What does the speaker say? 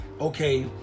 okay